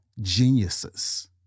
geniuses